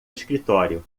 escritório